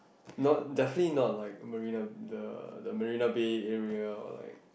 not definitely not like marina the the Marina-Bay area or like